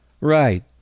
Right